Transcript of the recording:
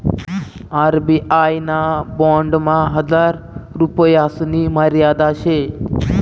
RBI ना बॉन्डमा हजार रुपयासनी मर्यादा शे